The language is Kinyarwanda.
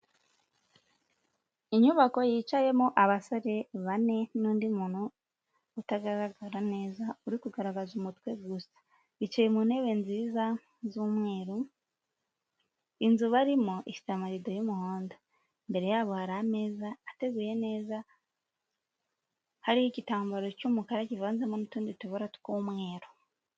inyubako yicayemo abasore bane n'undi muntu utagaragara neza uri kugaragaza umutwe gusa bicaye mu ntebe nziza z'umweru inzu barimo ifite amarido y'umuhondo imbere yabo hari ameza ateguye neza hariho igitambaro cy'umukara kivanzemo n'utundi tubura tw'umweru.